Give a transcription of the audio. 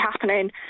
happening